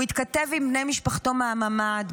הוא התכתב עם בני משפחתו מהממ"ד.